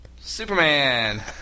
Superman